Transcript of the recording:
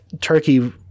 turkey